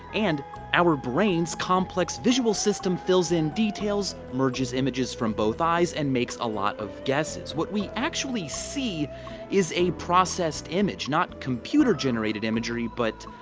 and our brains' complex visual system fills in details, merges images from both eyes and makes a lot of gueses. what we actually see is a processed image. not computer-generated imagery, but,